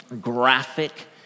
graphic